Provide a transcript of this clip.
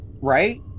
Right